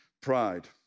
pride